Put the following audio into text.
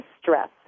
stress